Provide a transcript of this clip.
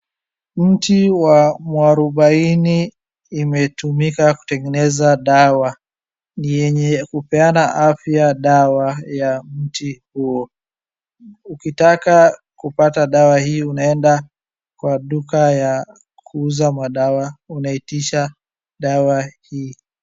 Mti wa muarubaini imetumika kutengeneza dawa. Ni yenye kupeana afya dawa ya mti huo. Ukitaka kupata dawa hii unaenda kwa duka ya kuuza madawa, unaitisha dawa hii.